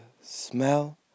smell